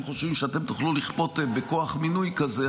חושבים שאתם תוכלו לכפות בכוח מינוי כזה,